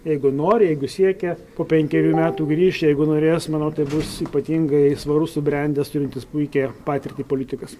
jeigu nori jeigu siekia po penkerių metų grįš jeigu norės manau tai bus ypatingai svarus subrendęs turintis puikią patirtį politikas